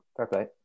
Okay